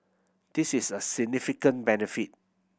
this is a significant benefit